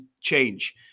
change